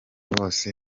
bose